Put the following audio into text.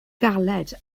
galed